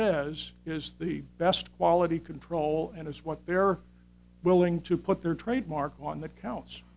says is the best quality control and it's what they are willing to put their trademark on that cou